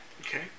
Okay